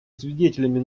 свидетелями